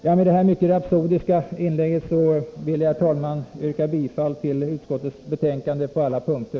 Jag vill med detta mycket rapsodiska inlägg yrka bifall till utskottets hemställan på alla punkter.